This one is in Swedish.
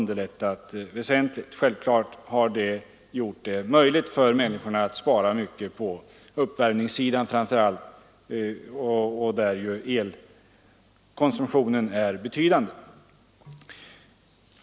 Det har gjort det möjligt för människorna att spara mycket framför allt på uppvärmningssidan, där elkonsumtionen är betydande.